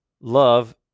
love